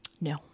No